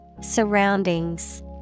Surroundings